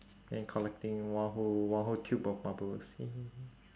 and collecting one whole one whole tube of marbles